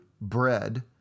bread